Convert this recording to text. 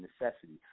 necessity